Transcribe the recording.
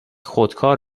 خودکار